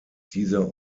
dieser